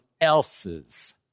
else's